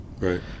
right